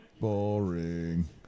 Boring